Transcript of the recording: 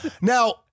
Now